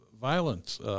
violence